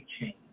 change